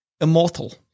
immortal